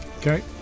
okay